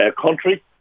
country